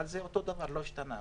אבל זה אותו דבר, לא השתנה.